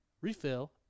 refill